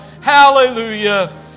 Hallelujah